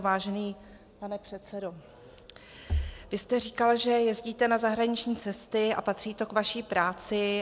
Vážený pane předsedo, vy jste říkal, že jezdíte na zahraniční cesty a patří to k vaší práci.